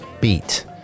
beat